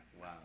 Wow